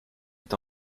est